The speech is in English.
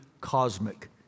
cosmic